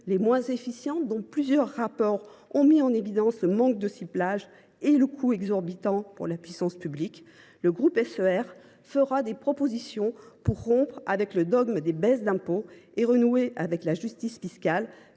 est sujette à caution : plusieurs rapports ont mis en lumière leur manque de ciblage et leur coût exorbitant pour la puissance publique. Les élus du groupe SER feront des propositions pour rompre avec le dogme des baisses d’impôt et renouer avec la justice fiscale.